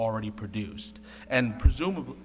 already produced and presumably